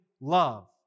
love